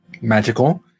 magical